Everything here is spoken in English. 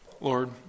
Lord